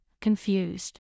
confused